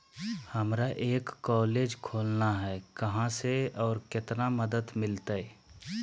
हमरा एक कॉलेज खोलना है, कहा से और कितना मदद मिलतैय?